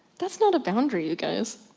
that's not a boundary, you guys.